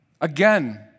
Again